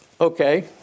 Okay